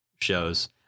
shows